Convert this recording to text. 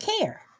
care